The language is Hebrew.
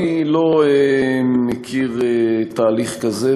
אני לא מכיר תהליך כזה,